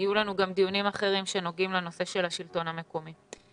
יהיו לנו גם דיונים אחרים שנוגעים לנושא של השלטון המקומי.